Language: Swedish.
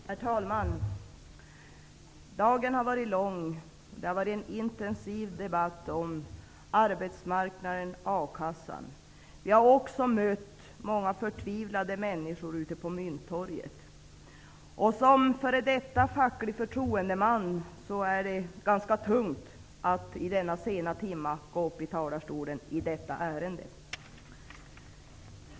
Herr talman! Dagen har varit lång. Det har varit en intensiv debatt om arbetsmarknaden och a-kassan. Vi har också mött många förtvivlade människor ute på Mynttorget. Såsom f.d. facklig förtroendeman är det ganska tungt att i denna sena timma gå upp i talarstolen i detta ärende.